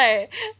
like